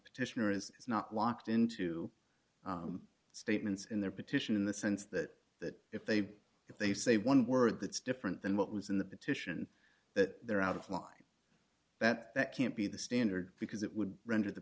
petitioner is not locked into statements in their petition in the sense that that if they if they say one word that's different than what was in the petition that they're out of line that that can't be the standard because it would render the